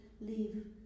leave